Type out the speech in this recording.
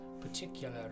particular